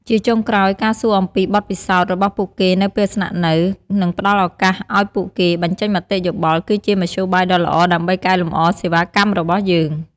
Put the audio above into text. ជាចុងក្រោយ ការសួរអំពី បទពិសោធន៍ របស់ពួកគេនៅពេលស្នាក់នៅ និងផ្តល់ឱកាសឲ្យពួកគេ បញ្ចេញមតិយោបល់ គឺជាមធ្យោបាយដ៏ល្អដើម្បីកែលម្អសេវាកម្មរបស់យើង។